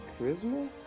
Charisma